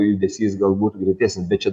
judesys galbūt greitesnis bet čia